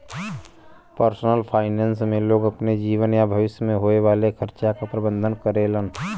personal finance में लोग अपने जीवन या भविष्य में होये वाले खर्चा क प्रबंधन करेलन